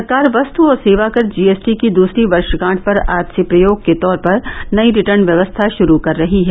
सरकार वस्तु और सेवा कर जी एस टी की दूसरी वर्षगांठ पर आज से प्रयोग के तौर पर नई रिटर्न व्यवस्था शुरू कर रही है